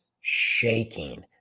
shaking